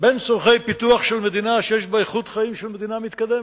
בין צורכי הפיתוח של מדינה שיש בה איכות חיים של מדינה מתקדמת,